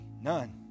None